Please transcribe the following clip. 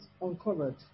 uncovered